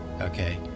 Okay